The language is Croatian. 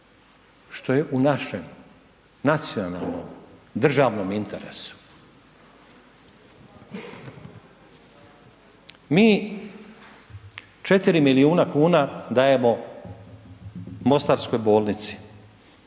Što je u našem nacionalnom, državnom interesu? Mi 4 milijuna kuna dajemo mostarskoj bolnici